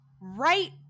right